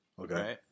Okay